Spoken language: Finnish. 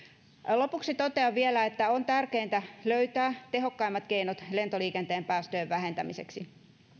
lopuksi totean vielä että on tärkeintä löytää tehokkaimmat keinot lentoliikenteen päästöjen vähentämiseksi